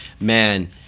man